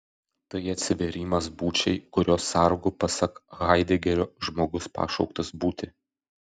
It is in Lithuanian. tai atsivėrimas būčiai kurios sargu pasak haidegerio žmogus pašauktas būti